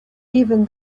even